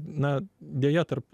na deja tarp